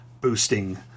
boosting